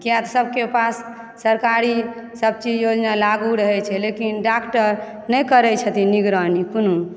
किआक सभके पास सरकारीसभ योजना लागू रहैत छै लेकिन डॉक्टर नहि करय छथिन निगरानी कोनो